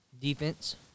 Defense